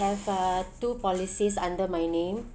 have uh two policies under my name